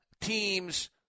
team's